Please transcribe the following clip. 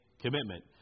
commitment